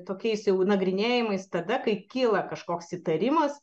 tokiais jau nagrinėjimais tada kai kyla kažkoks įtarimas